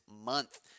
month